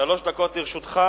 שלוש דקות לרשותך.